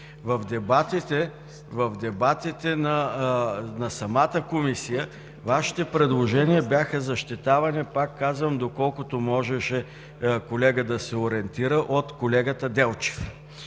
В дебатите на самата Комисия Вашите предложения бяха защитавани, пак казвам, доколкото можеше колегата да се ориентира, от колегата Делчев.